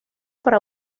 para